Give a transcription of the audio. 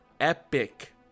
epic